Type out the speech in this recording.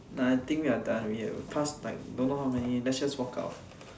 nah I think we are done already right we pass like don't know how many let's just walk out